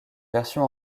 version